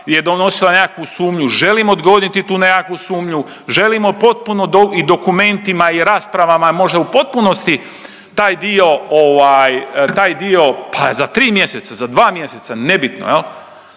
donosila nekakvu sumnju, želim odgoditi tu nekakvu sumnju, želimo potpuno i dokumentima i raspravama možda u potpunosti taj dio ovaj, taj dio, pa za 3 mjeseca, za 2 mjeseca, nebitno